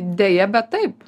deja bet taip